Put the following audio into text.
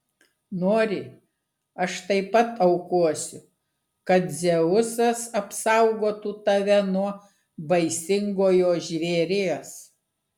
nori aš taip pat aukosiu kad dzeusas apsaugotų tave nuo baisingojo žvėries